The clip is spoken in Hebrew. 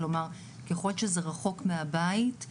כלומר ככל שזה רחוק מהבית,